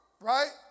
Right